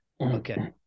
okay